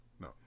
No